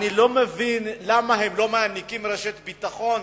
אני לא מבין למה הם לא מעניקים רשת ביטחון